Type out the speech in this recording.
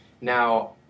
Now